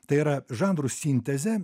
tai yra žanrų sintezę